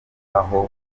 naho